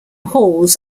halls